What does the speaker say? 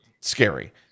scary